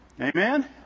Amen